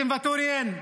out, ניסים ואטורי, in.